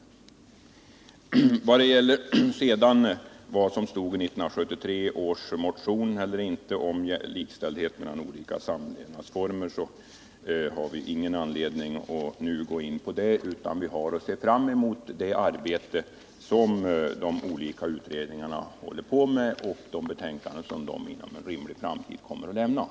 Vi har ingen anledning att nu gå in på vad som stod i 1973 års proposition om likställdhet mellan olika samlevnadsformer. Vi har i stället att se fram mot att de olika utredningarna skall avsluta sitt arbete och inom en snar framtid lämna sina betänkanden.